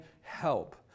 help